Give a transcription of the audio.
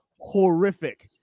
horrific